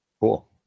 Cool